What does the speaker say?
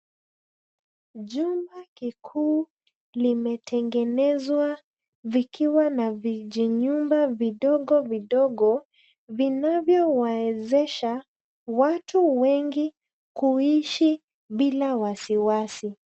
Jumba kikuu limetengenezwa vikiwa na vijinyumba vidogo vidogo vinavyowawezesha watu wengi kuishia bila wasiwasi.